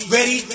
Ready